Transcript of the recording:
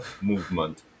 movement